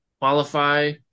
qualify